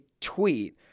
tweet